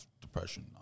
depression